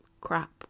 crap